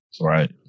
Right